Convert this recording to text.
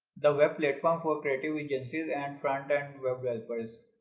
the web platform for creative agencies and front end web developers